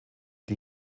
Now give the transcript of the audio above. die